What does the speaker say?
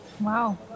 wow